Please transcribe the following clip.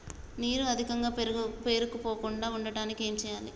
నీరు అధికంగా పేరుకుపోకుండా ఉండటానికి ఏం చేయాలి?